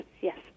yes